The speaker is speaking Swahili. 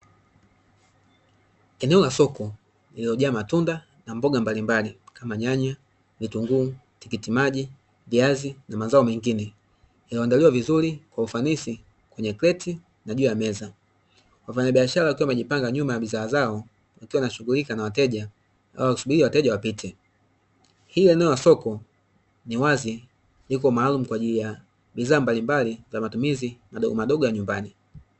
Eneo la soko lililojaa matunda na mboga mbalimbali kama: nyanya, vitunguu, tikiti maji, viazi na mazao mengine yaliyoandaliwa vizuri kwa ufanisi kwenye kreti, na juu ya meza. Wafanya biashara wakiwa wamejipanga vizuri nyuma ya bidhaa zao wakiwa wanashughulika na wateja au wakisuribi wateja wapite. Hili eneo la soko ni wazi liko maalumu kwa ajili ya bidhaa mbalimbali za matumizi madogomadogo ya nyumbani.